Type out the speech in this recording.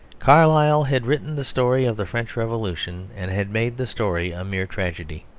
carlyle had written the story of the french revolution and had made the story a mere tragedy.